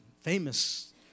famous